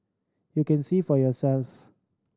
you can see for yourself